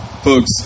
Folks